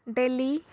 Delhi